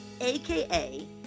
aka